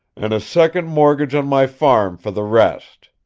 an' a second mortgage on my farm fer the rest.